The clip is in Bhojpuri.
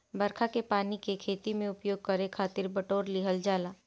बरखा के पानी के खेती में उपयोग करे खातिर बिटोर लिहल जाला